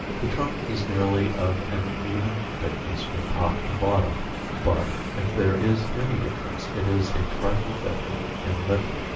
the trunk is nearly of an even thickness from top to bottom but, if there is any difference, it is a trifle thicker in the middle.